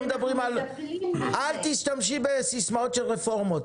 אל תשתמשי בסיסמאות של רפורמות.